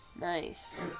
Nice